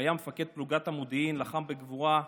והיה מפקד פלוגת המודיעין, לחם בגבורה,